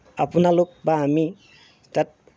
আপোনালোক বা আমি তাত